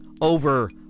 over